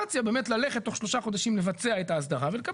אני נותן